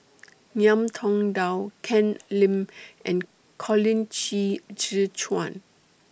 Ngiam Tong Dow Ken Lim and Colin Qi Zhe Quan